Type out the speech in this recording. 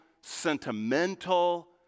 sentimental